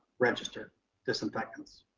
registered disinfectants.